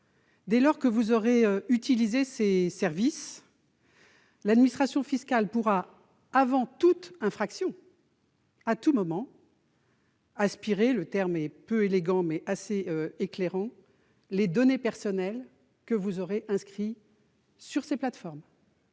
Dès lors que vous aurez utilisé, mes chers collègues, ces services, l'administration fiscale pourra, avant toute infraction, à tout moment, « aspirer »- le terme est peu élégant, mais assez éclairant -les données personnelles que vous aurez inscrites sur ces plateformes.